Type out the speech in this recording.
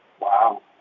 wow